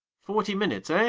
forty minutes, ah.